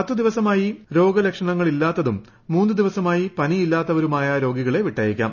പത്ത് ദിവസമായി രോഗലക്ഷണങ്ങളില്ലാത്തതും മൂന്ന് ദിവസമായി പനിയില്ലാത്തവരുമായ രോഗികളെ വിട്ടയയ്ക്കാം